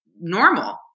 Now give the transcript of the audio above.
normal